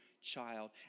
child